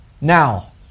now